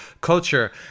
culture